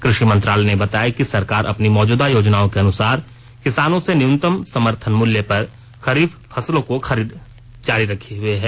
कृषि मंत्रालय ने बताया कि सरकार अपनी मौजूदा योजनाओं के अनुसार किसानों से न्यूनतम समर्थन मूल्य पर खरीफ फसलों की खरीद जारी रखे हुए है